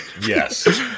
Yes